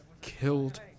killed